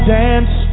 dance